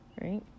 Right